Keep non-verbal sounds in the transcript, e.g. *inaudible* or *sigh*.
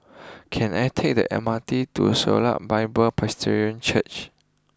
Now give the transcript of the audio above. *noise* can I take the M R T to Shalom Bible Presbyterian Church